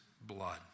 blood